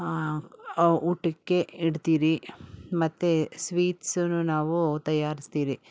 ಊಟಕ್ಕೆ ಇಡ್ತೀರಿ ಮತ್ತೆ ಸ್ವೀಟ್ಸುನು ನಾವು ತಯಾರಿಸ್ತೀರಿ